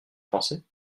français